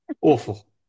Awful